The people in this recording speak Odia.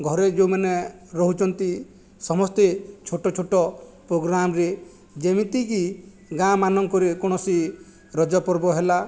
ଘରେ ଯେଉଁମାନେ ରହୁଛନ୍ତି ସମସ୍ତେ ଛୋଟ ଛୋଟ ପୋଗ୍ରାମରେ ଯେମିତିକି ଗାଁମାନଙ୍କରେ କୌଣସି ରଜ ପର୍ବ ହେଲା